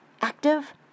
active